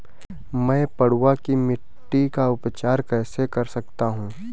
मैं पडुआ की मिट्टी का उपचार कैसे कर सकता हूँ?